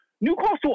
Newcastle